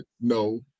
no